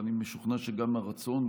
ואני משוכנע שגם הרצון,